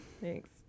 thanks